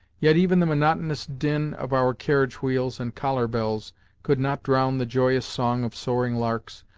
yet even the monotonous din of our carriage-wheels and collar-bells could not drown the joyous song of soaring larks,